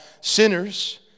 sinners